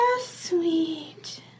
sweet